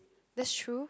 that's true